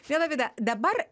miela vida dabar